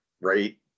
right